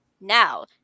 now